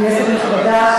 כנסת נכבדה,